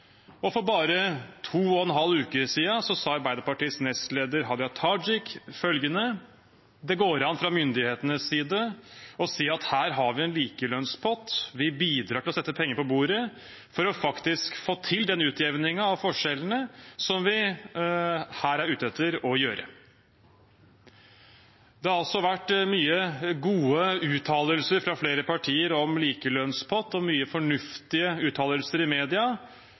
likelønnspott.» For bare to og en halv uke siden sa Arbeiderpartiets nestleder, Hadia Tajik, at det fra myndighetenes side går an å si: Her har vi en likelønnspott, vi bidrar til å legge penger på bordet for faktisk å få til den utjevningen av forskjellene som vi her er ute etter å gjøre. Det har altså vært mange gode uttalelser fra flere partier om likelønnspott og mange fornuftige uttalelser i media.